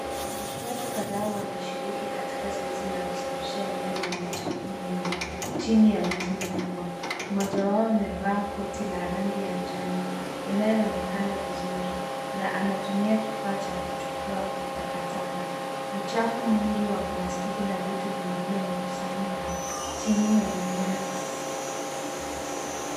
Watu kadhaa wanashiriki katika zoezi la kusafisha eneo lenye uchafu mwingi chini ya miti mikubwa. Mmoja wao amevaa koti la rangi ya njano inayoonekana vizuri na anatumia kifaa cha kuchukua takataka. Uchafu mwingi wa plastiki na vitu vingine umekusanyika chini ya mimea.